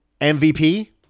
MVP